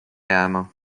jääma